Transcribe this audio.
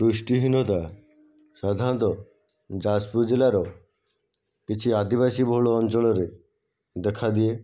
ପୃଷ୍ଟିହୀନତା ସାଧାରଣତଃ ଯାଜପୁର ଜିଲ୍ଲାର କିଛି ଆଦିବାସୀ ବହୁଳ ଅଞ୍ଚଳରେ ଦେଖା ଦିଏ